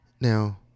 Now